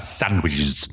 sandwiches